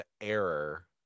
error